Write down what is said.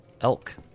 elk